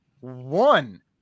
one